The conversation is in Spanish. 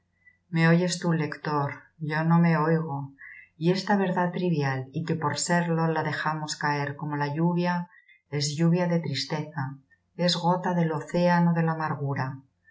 me oyes tú lector yo no me oigo y esta verdad trivial y que por serlo la dejamos caer como la lluvia es lluvia de tristeza es gota del océano de la amargura